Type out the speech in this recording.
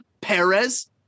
Perez